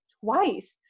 twice